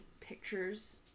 pictures